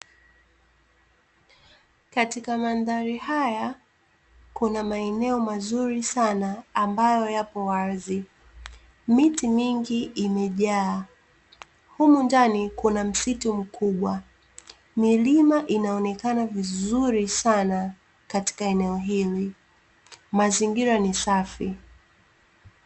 Katika mandhari haya kuna maeneo mazuri sana ambayo yapo wazi, miti mingi imejaa, humu ndani kuna msitu mkubwa, milima inaonekana vizuri sana katika eneo hili, mazingira ni safi.